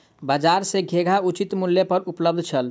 बजार में घेरा उचित मूल्य पर उपलब्ध छल